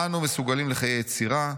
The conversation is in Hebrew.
אנו מסוגלים לחיי יצירה,